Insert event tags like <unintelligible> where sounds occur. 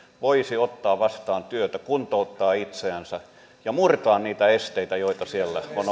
voisi ottaa vastaan työtä kuntouttaa itseänsä ja murtaa niitä esteitä joita siellä on <unintelligible>